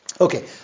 Okay